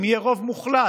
יהיה רוב מוחלט